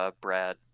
Brad